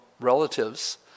relatives